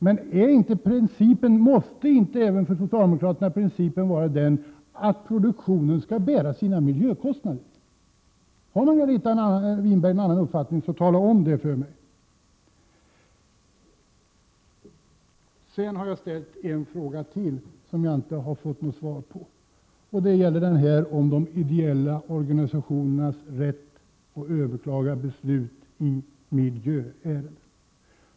Men måste inte även socialde | mokraternas princip vara att produktionen skall bära sina miljökostnader? Har hon en annan uppfattning bör hon tala om det. Jag ställde en fråga som jag inte fått något svar på. Det gällde de ideella organisationernas rätt att överklaga beslut i miljöärenden.